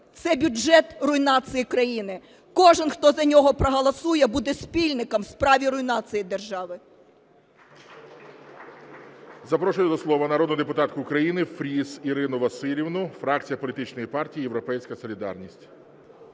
Це бюджет руйнації країни. Кожен, хто за нього проголосує, буде спільником в справі руйнації держави.